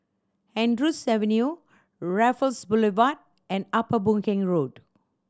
Andrews Avenue Raffles Boulevard and Upper Boon Keng Road